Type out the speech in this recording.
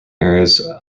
areas